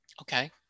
Okay